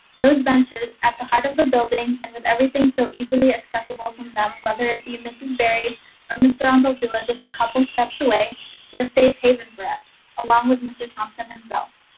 those benches at the heart of the building, and with everything so easily accessible from them, whether it be mrs. barry or mr. lanza um so dua just a couple steps away were a safe haven for us, along with mr. thompson himself.